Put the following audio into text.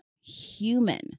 Human